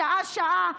שעה-שעה,